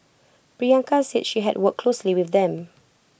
Priyanka said she had worked closely with them